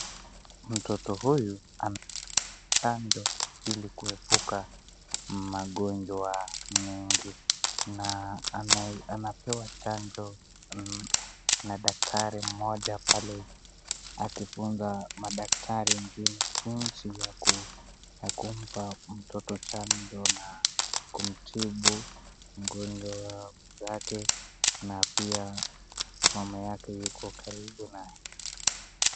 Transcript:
Mtoto huyu anachanjwa ili kuepuka magonjwa mingi, na anapewa chanjo na dakitari moja pale, akifunza madakitari wengine jinsi ya kumpa mtoto chanjo na kumtibu mgonjwa zake na pia mama yake yuko karibu naye.